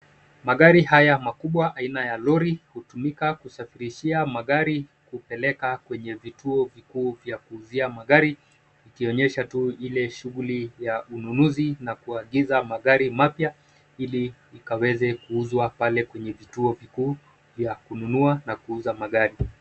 Magari haya makubwa aina ya lori hutumika kusafirishia magari kupeleka kwenye vituo vikuu vya kuuzia magari ikionyesha tu ile shughuli ya ununuzi na kuagiza magari mapya ili ili ikaweze kuuzwa pale kwenye vituo vikuu vya kununua na kuuza magari.